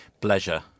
pleasure